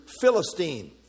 Philistine